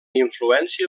influència